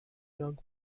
young